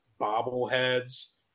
bobbleheads